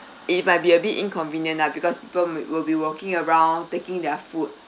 it might be a bit inconvenient lah because people will be walking around taking their food